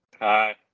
Hi